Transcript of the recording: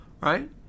right